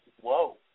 whoa